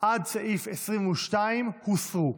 עד סעיף 22 הוסרו.